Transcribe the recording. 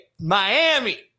Miami